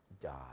die